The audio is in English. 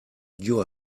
you